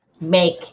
make